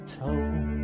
told